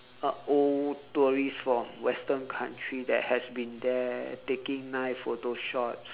a old tourist from western country that has been there taking nice photo shots